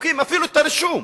מוחקים אפילו את הרישום,